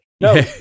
no